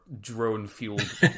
drone-fueled